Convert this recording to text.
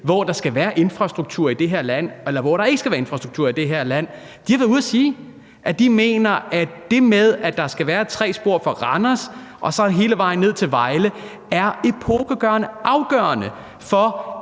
hvor der ikke skal være en infrastruktur i det her land, der har været ude at sige, at de mener, at det med, at der skal være tre spor fra Randers og hele vejen ned til Vejle, er helt afgørende for